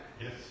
Yes